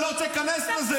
אני לא רוצה להיכנס לזה,